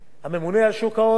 שגילה פתיחות ורגישות,